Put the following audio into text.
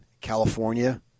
California